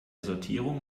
sortierung